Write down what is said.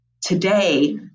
today